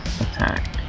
Attack